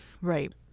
Right